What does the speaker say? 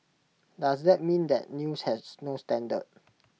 does that mean that news has no standard